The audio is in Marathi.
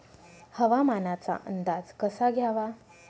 हवामानाचा अंदाज कसा घ्यावा?